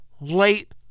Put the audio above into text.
late